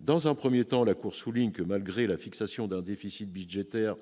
Dans un premier temps, la Cour souligne que malgré la fixation d'un déficit budgétaire